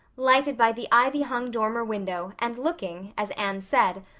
lighted by the ivy-hung dormer window and looking, as anne said,